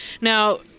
Now